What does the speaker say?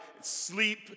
sleep